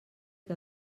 que